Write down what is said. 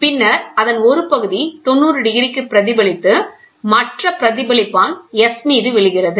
பின்னர் அதன் ஒரு பகுதி 90 டிகிரிக்கு பிரதிபலித்து மற்ற பிரதிபலிப்பான் S மீது விழுகிறது